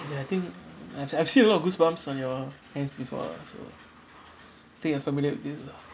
ya I think I've I've seen a lot goosebumps on your hands before so I think I familiar with this lah